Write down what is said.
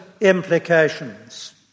implications